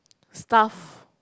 staff